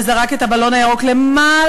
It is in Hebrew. וזרק את הבלון הירוק למעלה-למעלה,